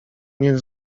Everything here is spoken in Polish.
nie